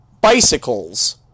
bicycles